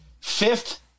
fifth